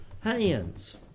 hands